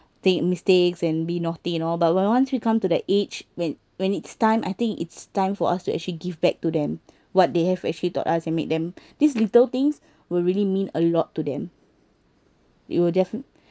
make mistakes and be naughty and all but when once we come to the age when when it's time I think it's time for us to actually give back to them what they have actually taught us and make them these little things will really mean a lot to them it will defini~